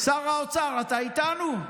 שר האוצר, אתה איתנו?